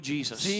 Jesus